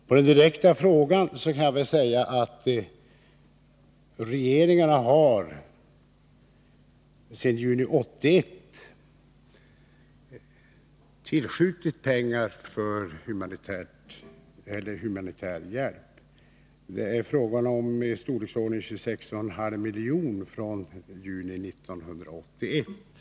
På den direkta frågan vill jag svara att regeringarna sedan juni 1981 tillskjutit pengar för humanitär hjälp. Det är fråga om ett belopp i storleksordningen 26,5 milj.kr. från juni 1981.